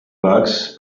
bugs